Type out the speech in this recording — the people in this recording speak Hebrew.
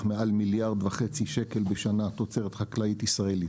מעל מיליארד וחצי שקל בשנה תוצרת חקלאית ישראלית.